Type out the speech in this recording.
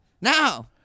Now